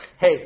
Hey